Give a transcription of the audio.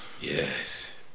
Yes